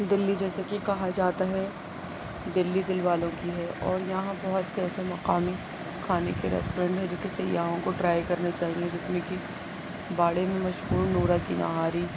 دلّی جیسے کہ کہا جاتا ہے دلّی دل والوں کی ہے اور یہاں بہت سے ایسے بہت سے مقامی کھانے کے ریسٹورینٹ ہیں جوکہ سیاحوں کو ٹرائی کرنے چاہیے جس میں کہ باڑے میں مشہور نورہ کی نہاری